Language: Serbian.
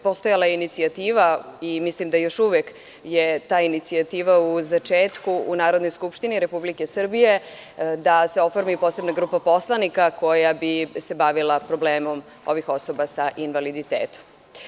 Postojala je inicijativa i mislim da je još uvek ta inicijativa u začetku u Narodnoj skupštini Republike Srbije, da se oformi posebna grupa poslanika koja bi se bavila problemom ovih osoba sa invaliditetom.